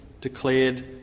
declared